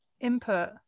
input